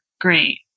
great